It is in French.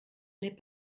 n’est